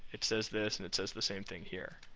it says this, and it says the same thing here,